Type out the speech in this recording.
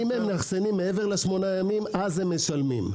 אם הם מאחסנים מעבר ל-8 ימים אז הם משלמים.